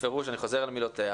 בפירוש אני חוזר על מילותיה